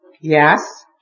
Yes